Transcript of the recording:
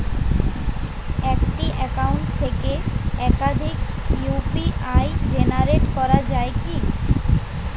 একটি অ্যাকাউন্ট থেকে একাধিক ইউ.পি.আই জেনারেট করা যায় কি?